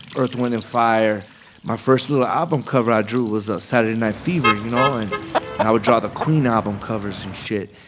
earth wind and fire my first little album cover i drew was saturday night fever, you know. and i would draw the queen album covers and shit.